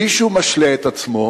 מישהו משלה את עצמו,